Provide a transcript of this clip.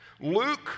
Luke